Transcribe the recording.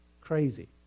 Crazy